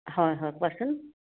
হয় হয় কোৱাচোন